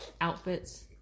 outfits